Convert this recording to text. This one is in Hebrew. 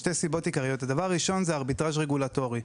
שתי סיבות עיקריות: הדבר הראשון הוא ארביטראז' רגולטורי.